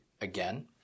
again